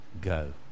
Go